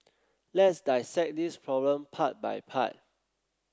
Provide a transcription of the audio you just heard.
let's dissect this problem part by part